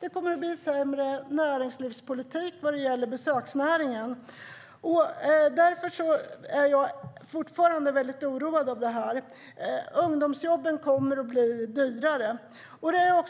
Det kommer att bli sämre näringslivspolitik vad gäller besöksnäringen. Därför är jag fortfarande väldigt oroad av det här. Ungdomsjobben kommer att bli dyrare. Vi får